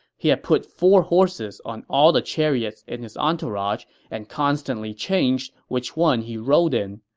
he had put four horses on all the chariots in his entourage and constantly changed which one he rode in.